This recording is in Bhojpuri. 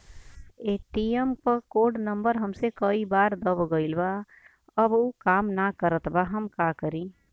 ए.टी.एम क कोड नम्बर हमसे कई बार दब गईल बा अब उ काम ना करत बा हम का करी?